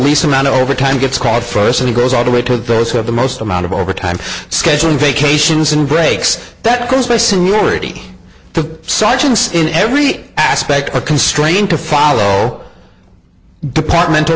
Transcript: least amount of overtime gets called for this and it goes all the way to those who have the most amount of overtime scheduling vacations and breaks that comes by seniority the sergeants in every aspect are constrained to follow departmental